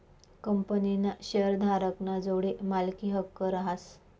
कंपनीना शेअरधारक ना जोडे मालकी हक्क रहास